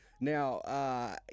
Now